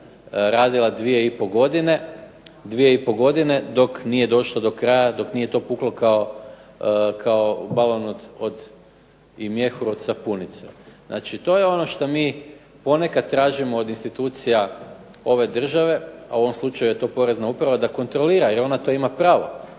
radila 2,5 godine dok nije došlo do kraja, dok nije to puklo kao balon i mjehur od sapunice. Znači, to je ono što mi ponekad tražimo od institucija ove države, a u ovom slučaju je to porezna uprava, da kontrolira jer ona to ima pravo.